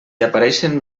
apareixen